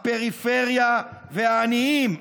הפריפריה והעניים?